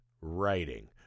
writing